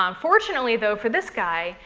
um fortunately, though, for this guy,